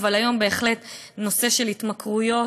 אבל היום בהחלט הנושא של התמכרויות